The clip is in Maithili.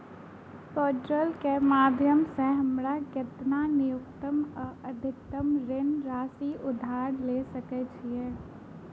पोर्टल केँ माध्यम सऽ हमरा केतना न्यूनतम आ अधिकतम ऋण राशि उधार ले सकै छीयै?